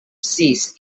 sis